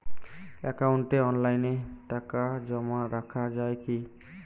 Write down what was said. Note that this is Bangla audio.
একাউন্টে অনলাইনে টাকা জমা রাখা য়ায় কি?